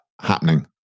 happening